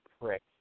prick